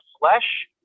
flesh